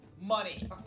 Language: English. money